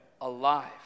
alive